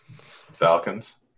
falcons